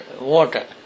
water